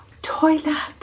Toilet